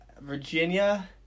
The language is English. Virginia